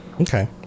okay